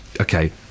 okay